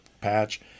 patch